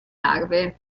larve